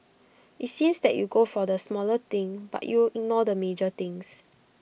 IT seems that you go for the smaller thing but you ignore the major things